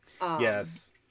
yes